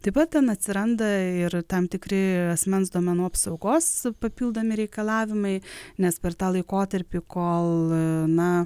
tai va ten atsiranda ir tam tikri asmens duomenų apsaugos papildomi reikalavimai nes per tą laikotarpį kol na